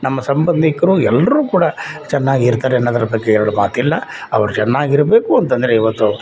ನಮ್ಮ ಸಂಬಂಧಿಕರು ಎಲ್ರೂ ಕೂಡ ಚೆನ್ನಾಗಿರ್ತಾರೆ ಅನ್ನೋದ್ರ ಬಗ್ಗೆ ಎರಡು ಮಾತಿಲ್ಲ ಅವ್ರು ಚೆನ್ನಾಗಿರಬೇಕು ಅಂತ ಅಂದ್ರೆ ಈವತ್ತು